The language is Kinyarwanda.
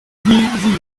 mbiri